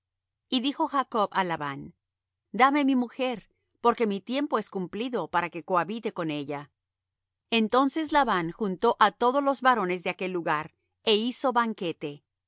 y dijo jacob á labán dame mi mujer porque mi tiempo es cumplido para que cohabite con ella entonces labán juntó á todos los varones de aquel lugar é hizo banquete